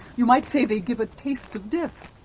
you might say they give a taste of death.